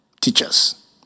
teachers